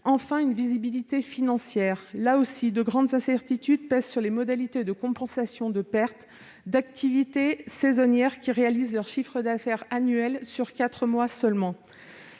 enfin, d'une visibilité financière. Là encore, de grandes incertitudes pèsent sur les modalités de compensation des pertes d'activité saisonnière pour des entités qui réalisent leur chiffre d'affaires annuel sur quatre mois seulement.